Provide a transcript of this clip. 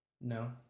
No